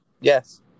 Yes